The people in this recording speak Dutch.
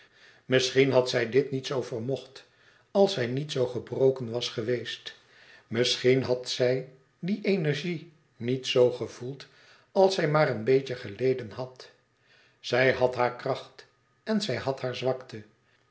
misschien had zij dit niet zo vermocht als zij niet zo gebroken was geweest misschien had zij die energie niet zo gevoeld als zij maar een beetje geleden had zij had hare kracht en zij had hare zwakte